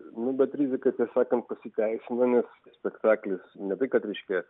nu bet rizika tiesą sakant pasiteisino nes spektaklis ne tai kad reiškia